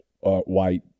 white –